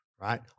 Right